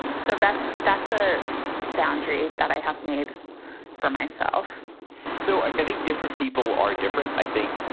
and so that's that's a boundary that i have made for myself so i think different people are different. i think,